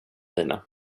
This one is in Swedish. mina